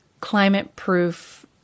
climate-proof